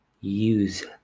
use